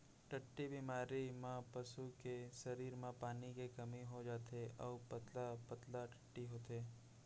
टट्टी बेमारी म पसू के सरीर म पानी के कमी हो जाथे अउ पतला पतला टट्टी होथे